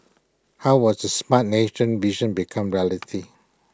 how will the Smart Nation vision become reality